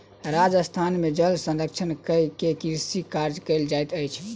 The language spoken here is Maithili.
राजस्थान में जल संरक्षण कय के कृषि कार्य कयल जाइत अछि